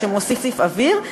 שמוסיף אוויר,